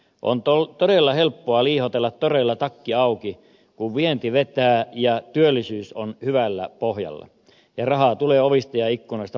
on todella helppoa liihotella toreilla takki auki kun vienti vetää ja työllisyys on hyvällä pohjalla ja rahaa tulee ovista ja ikkunoista valtion kassaan